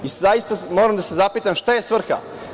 Zaista moram da se zapitam šta je svrha?